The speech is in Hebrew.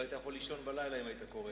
לא היית יכול לישון בלילה אם היית קורא.